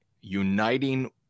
uniting